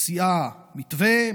מוציאה מתווה,